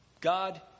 God